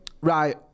Right